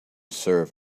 serve